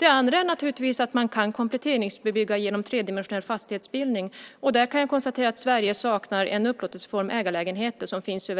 Man ska naturligtvis kunna kompletteringsbebygga genom tredimensionell fastighetsbildning. Där kan jag konstatera att Sverige saknar en upplåtelseform, ägarlägenheter, som finns på